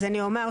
אז אני אומר,